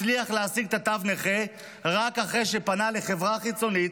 הצליח להשיג תו נכה רק אחרי שפנה לחברה חיצונית,